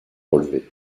relevée